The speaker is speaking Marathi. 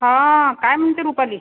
हां काय म्हणते रूपाली